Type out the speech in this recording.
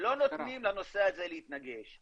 לא נותנים לנושא הזה להתנגש.